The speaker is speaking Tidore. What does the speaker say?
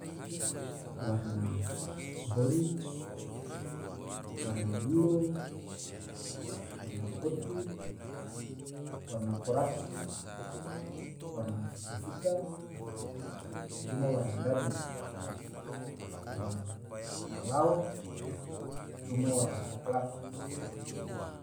warna kohori, warna bulo, warna kotu, warna koraci, warna fika-fika coma warna dadu, warna balao, coma warna soklat.